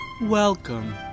Welcome